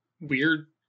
weird